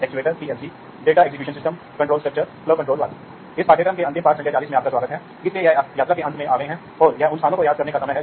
औद्योगिक स्वचालन और एनपीटीईएल के नियंत्रण पर पाठ्यक्रम के 37 पाठों में आपका स्वागत है